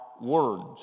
words